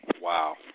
Wow